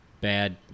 bad